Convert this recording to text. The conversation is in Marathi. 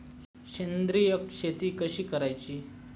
सेंद्रिय शेती कशी करायची?